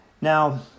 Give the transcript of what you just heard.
Now